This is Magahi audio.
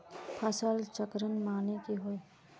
फसल चक्रण माने की होय?